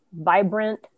vibrant